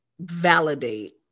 validate